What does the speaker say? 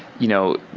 you know,